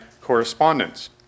correspondence